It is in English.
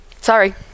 Sorry